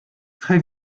très